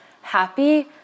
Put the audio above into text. happy